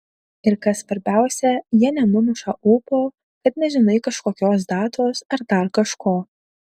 ir kas svarbiausia jie nenumuša ūpo kad nežinai kažkokios datos ar dar kažko